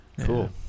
Cool